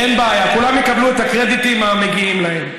אין בעיה, כולם יקבלו את הקרדיטים המגיעים להם.